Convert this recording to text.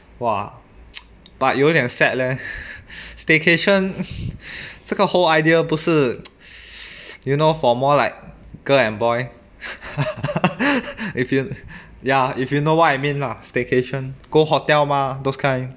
!wah! but 有一点 sad leh staycation 这个 whole idea 不是 you know for more like girl and boy if you ya if you know what I mean lah staycation go hotel mah those kind